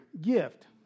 gift